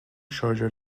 شارژر